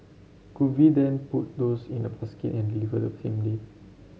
could we then put those in a basket and deliver the same day